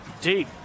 Deep